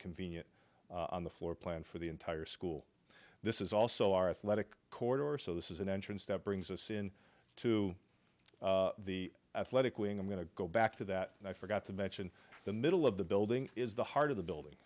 convenient on the floor plan for the entire school this is also our athletic corridor or so this is an entrance that brings us in to the athletic wing i'm going to go back to that and i forgot to mention the middle of the building is the heart of the building